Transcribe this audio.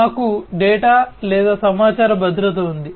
మాకు డేటా లేదా సమాచార భద్రత ఉంది